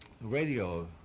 radio